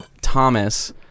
Thomas